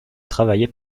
travaillait